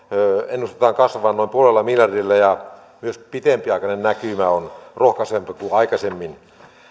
ennustetaan kasvavan noin puolella miljardilla ja myös pitempiaikainen näkymä on rohkaisevampi kuin aikaisemmin